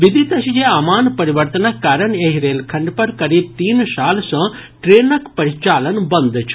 विदित अछि जे आमान परिवर्तनक कारण एहि रेलखंड पर करीब तीन साल सँ ट्रेनक परिचालन बंद छल